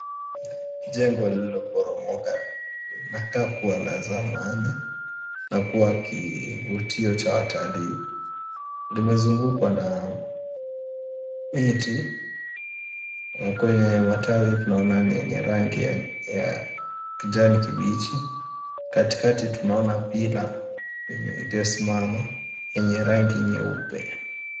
Jengo lililoporomoka linakaa kuwa la zamani na kuwa kivutio cha watalii. Limezungukwa na miti na kwenye matawi tunaona ni yenye rangi ya kijani kibichi katikati tunaona pila iliyosimama yenye rangi nyeupe.